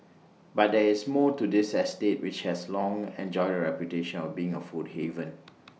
but there is more to this estate which has long enjoyed A reputation of being A food haven